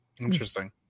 Interesting